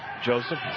Joseph